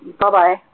Bye-bye